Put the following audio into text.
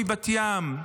מבת ים,